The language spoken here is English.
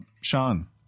Sean